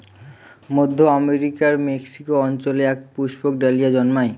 মধ্য আমেরিকার মেক্সিকো অঞ্চলে এক পুষ্পক ডালিয়া জন্মায়